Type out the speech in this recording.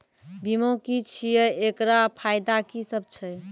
बीमा की छियै? एकरऽ फायदा की सब छै?